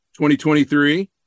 2023